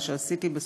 מה שעשיתי בסוף,